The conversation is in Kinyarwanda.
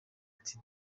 ati